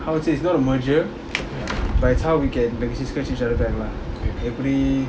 I would say it's not a merger but how we can back scratch each other's backs lah எப்படி:eppadi